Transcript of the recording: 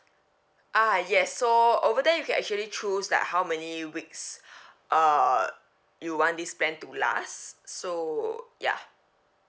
ah yes so over there you can actually choose like how many weeks err you want this plan to last so ya